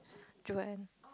Joanne